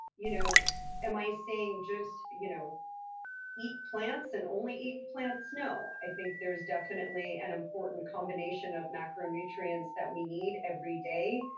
you know am i saying just you know eat plants and only eat plants? no. i think there's definitely an important combination of macronutrients that we need every day.